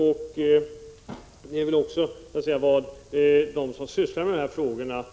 Den uppfattningen delas också av dem som arbetar med de här frågorna.